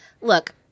Look